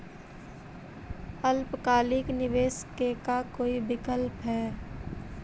अल्पकालिक निवेश के का कोई विकल्प है?